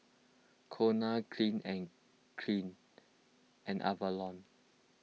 Cornell Clean and Clean and Avalon